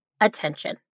attention